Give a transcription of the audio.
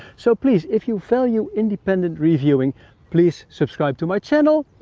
so please, if you value independent reviewing please subscribe to my channel,